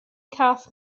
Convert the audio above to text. cath